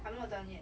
I'm not done yet